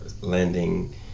lending